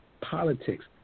politics